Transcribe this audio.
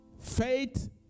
Faith